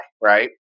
Right